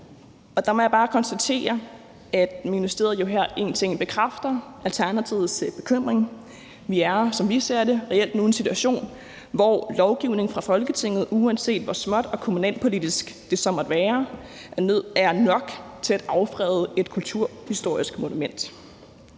Og der må jeg bare konstatere, at ministeriet jo her egentlig bekræfter Alternativets bekymring. Vi er, som vi ser det, reelt nu i en situation, hvor lovgivning fra Folketinget, uanset hvor småt og kommunalpolitisk det så måtte være, er nok til at affrede et kulturhistorisk monument.